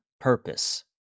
purpose